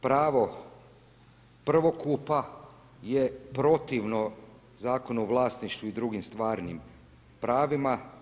Pravo prvokupa je protivno Zakonu o vlasništvu i drugim stvarnim pravima.